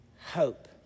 hope